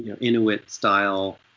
Inuit-style